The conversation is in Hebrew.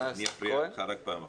אני אפריע לך רק פעם אחת.